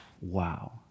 Wow